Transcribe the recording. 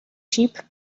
sheep